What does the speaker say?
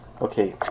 okay